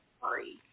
sorry